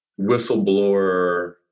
whistleblower